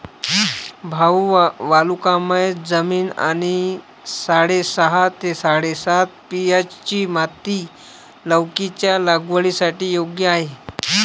भाऊ वालुकामय जमीन आणि साडेसहा ते साडेसात पी.एच.ची माती लौकीच्या लागवडीसाठी योग्य आहे